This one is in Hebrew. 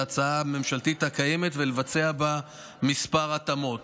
ההצעה הממשלתית הקיימת ולבצע בה כמה התאמות.